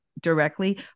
directly